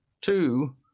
two